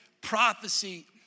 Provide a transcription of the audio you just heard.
prophecy